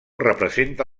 representa